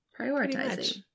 Prioritizing